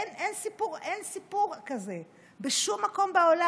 אין סיפור כזה בשום מקום בעולם.